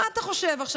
מה אתה חושב עכשיו?